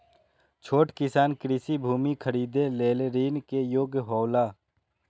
छोट किसान कृषि भूमि खरीदे लेल ऋण के योग्य हौला?